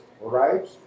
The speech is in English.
right